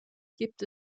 gibt